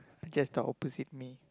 I just the opposite me